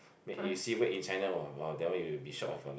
then you see made in China !wow! that one you will be shock of your life